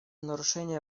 нарушения